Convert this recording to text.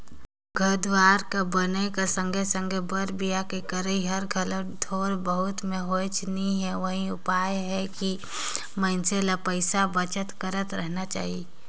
घर दुवार कर बनई कर संघे संघे बर बिहा के करई हर घलो थोर बहुत में होनेच नी हे उहीं पाय के मइनसे ल पइसा बचत करत रहिना चाही